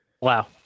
wow